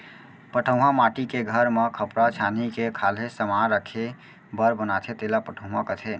पटउहॉं माटी के घर म खपरा छानही के खाल्हे समान राखे बर बनाथे तेला पटउहॉं कथें